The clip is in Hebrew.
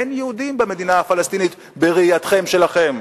אין יהודים במדינה הפלסטינית בראייתכם שלכם.